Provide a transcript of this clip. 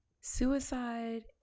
suicide